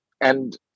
And-